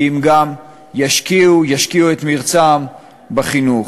כי אם ישקיעו את מרצם גם בחינוך,